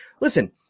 listen